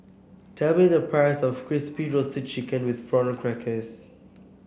tell me the price of Crispy Roasted Chicken with Prawn Crackers